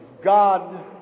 God